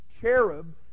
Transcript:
cherub